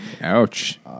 Ouch